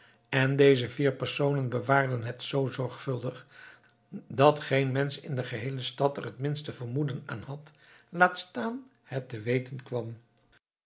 en deze vier personen bewaarden het zoo zorgvuldig dat geen mensch in de heele stad er het minste vermoeden van had laat staan het te weten kwam